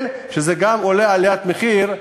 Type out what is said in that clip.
גם זו עליית מחיר,